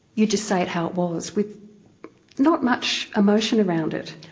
you just say it how it was, with not much emotion around it.